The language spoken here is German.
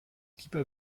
lieber